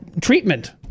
treatment